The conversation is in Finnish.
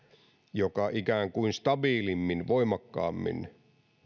joka ikään kuin stabiilimmin voimakkaammin